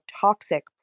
toxic